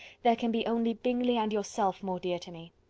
there can be only bingley and yourself more dear to me.